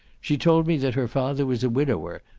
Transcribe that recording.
she told me that her father was a widower,